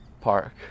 park